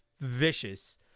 vicious